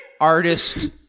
Artist